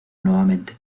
nuevamente